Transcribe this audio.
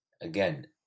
again